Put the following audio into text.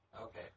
Okay